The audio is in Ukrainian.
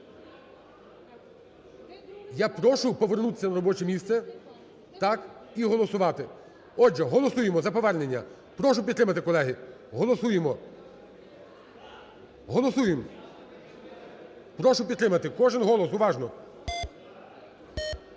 Я прошу повернутися на робоче місце, так, і голосувати. Отже, голосуємо за повернення. Прошу підтримати, колеги. Голосуємо. Голосуємо, прошу підтримати кожен голос, уважно.